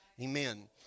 Amen